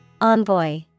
Envoy